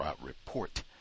report